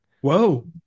Whoa